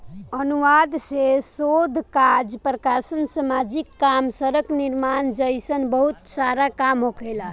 अनुदान से शोध काज प्रकाशन सामाजिक काम सड़क निर्माण जइसन बहुत सारा काम होखेला